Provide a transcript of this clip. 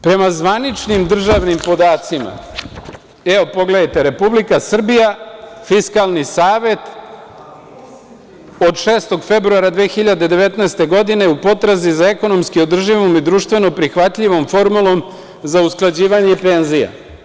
Prema zvaničnim državnim podacima, pogledajte – Republika Srbija, Fiskalni savet, od 6. februara 2019. godine, u potrazi za ekonomski održivom i društveno prihvatljivom formulom za usklađivanje penzija.